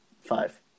five